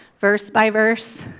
verse-by-verse